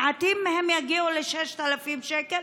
מעטים מהם יגיעו ל-6,000 שקל,